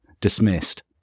dismissed